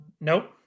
Nope